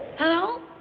hello?